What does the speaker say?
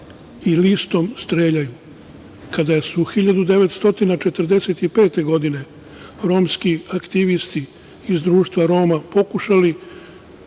i listom streljaju. Kada su 1945. godine romski aktivisti iz Društva Roma pokušali